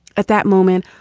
at that moment,